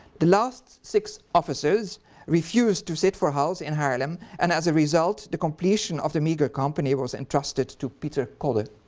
the last six officers refused to sit for hals in haarlem, and as a result, the completion of the meagre company was entrusted to pieter codde. it